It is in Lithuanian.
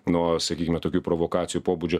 nuo sakykime tokių provokacijų pobūdžio